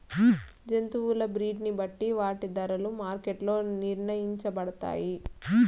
జంతువుల బ్రీడ్ ని బట్టి వాటి ధరలు మార్కెట్ లో నిర్ణయించబడతాయి